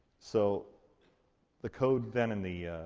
so the code, then, in the.